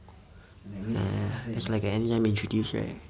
ya it's like let them introduce right